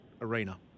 arena